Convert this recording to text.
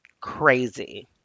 Crazy